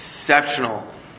exceptional